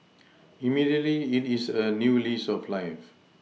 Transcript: immediately it is a new lease of life